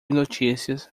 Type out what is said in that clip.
notícias